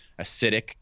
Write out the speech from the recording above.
acidic